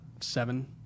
seven